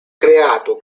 creato